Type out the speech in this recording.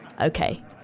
Okay